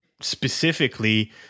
specifically